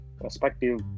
perspective